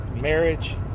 marriage